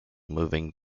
moving